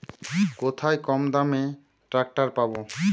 কোথায় কমদামে ট্রাকটার পাব?